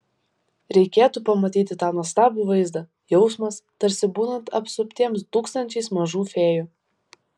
reikėtų pamatyti tą nuostabų vaizdą jausmas tarsi būnant apsuptiems tūkstančiais mažų fėjų